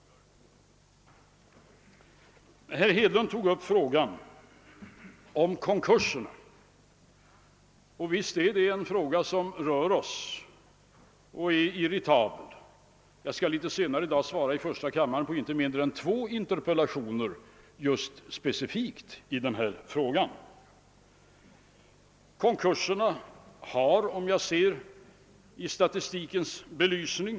Herr Hedlund nämnde antalet konkurser. Visst är det en fråga som rör oss och som är irriterande. Jag skall senare i dag i första kammaren svara på inte mindre än två interpellationer i denna specifika fråga. | Låt oss sc på konkurserna i statistikens belysning?